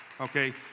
okay